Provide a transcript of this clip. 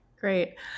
great